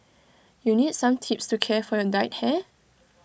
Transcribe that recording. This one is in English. you need some tips to care for your dyed hair